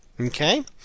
okay